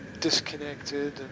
disconnected